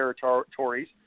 territories